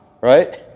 right